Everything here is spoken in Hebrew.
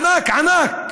ענק, ענק,